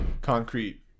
concrete